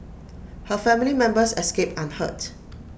her family members escaped unhurt